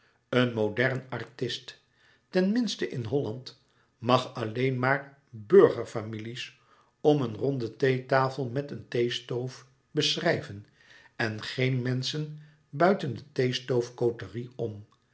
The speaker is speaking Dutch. een modern artist ten minste in holland mag alleen maar burgerfamilie's om een ronde theetafel met een theestoof beschrijven en geen menschen buiten de theestoof côterie om